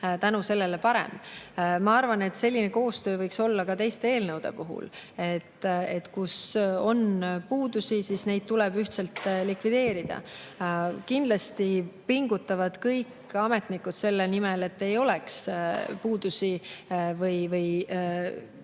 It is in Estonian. tänu sellele parem. Ma arvan, et selline koostöö võiks olla ka teiste eelnõude puhul: kus on puudusi, seal tuleb neid ühiselt likvideerida. Kindlasti pingutavad kõik ametnikud selle nimel, et eelnõudes ei